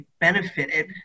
benefited